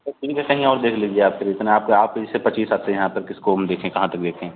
तो ठीक है कहीं और देख लीजिए आप फिर इतना आपके आपके जैसे पचीस आते हैं यहाँ पर किसको हम देखें कहाँ तक देखें